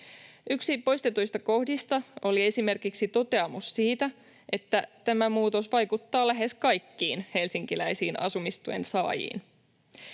Yksi poistetuista kohdista oli esimerkiksi toteamus siitä, että tämä muutos vaikuttaa lähes kaikkiin helsinkiläisiin asumistuen saajiin.